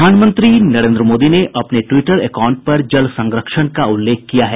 प्रधानमंत्री नरेन्द्र मोदी ने अपने ट्विटर अकाउंट पर जल संरक्षण का उल्लेख किया है